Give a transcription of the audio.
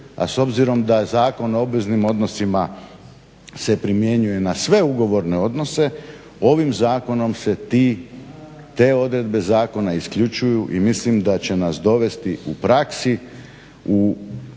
A s obzirom da je Zakon o obveznim odnosima se primjenjuje na sve ugovorne odnose, ovim zakonom se ti, te odredbe zakona isključuju i mislim da će nas dovesti u praksi u poziciju